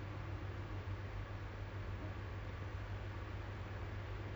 get the wedding cause some people they get married first kahwin dulu ah then